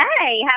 hey